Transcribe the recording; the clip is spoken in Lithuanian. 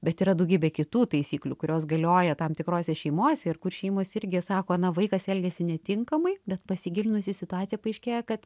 bet yra daugybė kitų taisyklių kurios galioja tam tikrose šeimose ir kur šeimos irgi sako na vaikas elgiasi netinkamai bet pasigilinus į situaciją paaiškėja kad